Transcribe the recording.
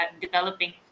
developing